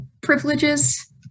privileges